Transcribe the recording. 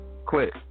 quit